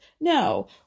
No